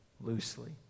loosely